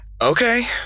Okay